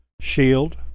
shield